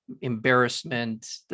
embarrassment